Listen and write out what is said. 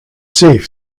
safe